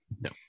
no